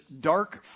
dark